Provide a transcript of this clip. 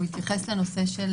שהוא התייחס לנושא של